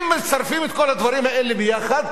אם מצרפים את כל הדברים האלה ביחד,